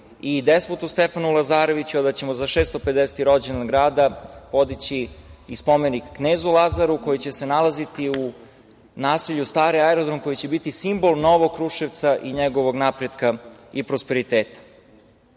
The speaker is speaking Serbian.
i Despotu Stefanu Lazareviću i da ćemo za 650 rođendan grada podići i spomenik knezu Lazaru, koji će se nalaziti u naselju Stari Aerodrom, koji će biti simbol novog Kruševca i njegovog napretka i prosperiteta. Imali